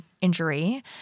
injury